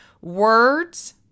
Words